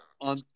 On